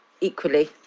equally